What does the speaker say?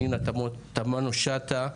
פנינה תמנו שטה,